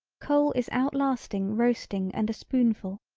coal is outlasting roasting and a spoonful,